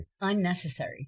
Unnecessary